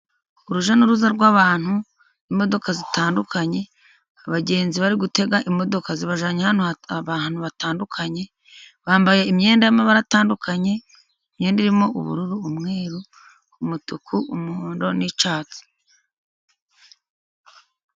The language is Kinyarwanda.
Urujya n'uruza rw'abantu ,imodoka zitandukanye, abagenzi bari gutega imodoka zibajyanye abantu hatandukanye. Bambaye imyenda y'amabara atandukanye. Imyenda irimo ubururu, umweru ,umutuku ,umuhondo n'icyatsi.